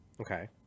Okay